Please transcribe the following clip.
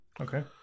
Okay